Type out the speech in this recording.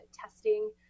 testing